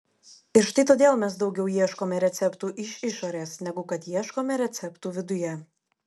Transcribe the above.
ir štai todėl mes daugiau ieškome receptų iš išorės negu kad ieškome receptų viduje